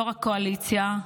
יו"ר הקואליציה.